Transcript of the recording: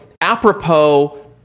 apropos